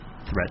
threat